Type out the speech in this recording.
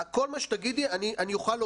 כל מה שתגידי אני אוכל להוסיף,